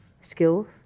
skills